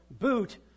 boot